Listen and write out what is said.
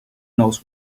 knows